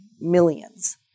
millions